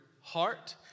heart